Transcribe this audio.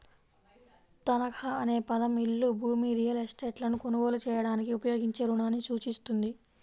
తనఖా అనే పదం ఇల్లు, భూమి, రియల్ ఎస్టేట్లను కొనుగోలు చేయడానికి ఉపయోగించే రుణాన్ని సూచిస్తుంది